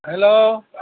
hello